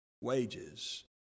wages